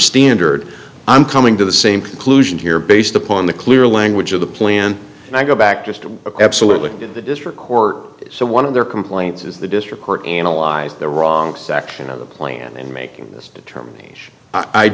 standard i'm coming to the same conclusion here based upon the clear language of the plan and i go back just absolutely in the district court so one of their complaints is the district court analyzed the wrong section of the plan in making this determination i